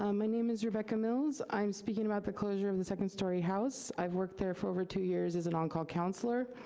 um my name is rebecca mills. i'm speaking about the closure of um the second story house. i've worked there for over two years as an on-call counselor.